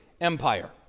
Empire